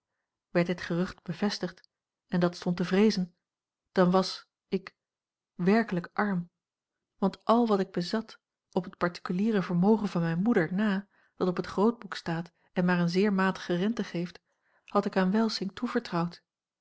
werd dit gerucht bevestigd en dat stond te vreezen dan was ik werkelijk arm want al wa t ik bezat op het particuliere vermogen van mijne moeder na dat op het grootboek staat en maar eene zeer matige rente geeft had ik aan welsink toevertrouwd